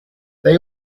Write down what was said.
they